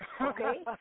Okay